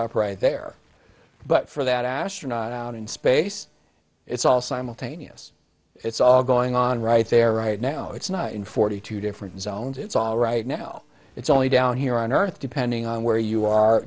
up right there but for that astronaut out in space it's all simultaneous it's all going on right there right now it's not in forty two different zones it's all right now it's only down here on earth depending on where you are